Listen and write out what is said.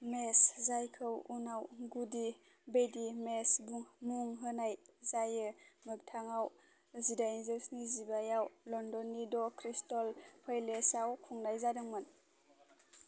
match जायखौ उनाव गुदि बेडी मैच मुं होनाय जायो मोख्थाङाव जिदाइनजौ स्निजिबायाव लन्दननि दा क्रिस्टल पैलेस आव खुंनाय जादोंमोन